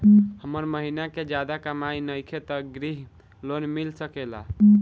हमर महीना के ज्यादा कमाई नईखे त ग्रिहऽ लोन मिल सकेला?